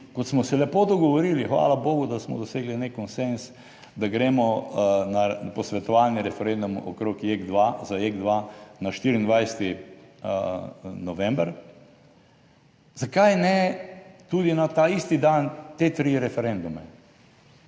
kot smo se lepo dogovorili, hvala bogu, da smo dosegli nek konsenz, da gremo na posvetovalni referendum okrog JEK-2 na 24. november? Zakaj ne tudi na ta isti dan, te tri referendume?